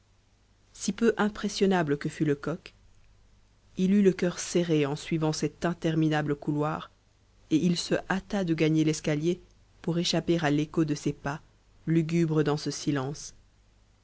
si peu impressionnable que fut lecoq il eut le cœur serré en suivant cet interminable couloir et il se hâta de gagner l'escalier pour échapper à l'écho de ses pas lugubres dans ce silence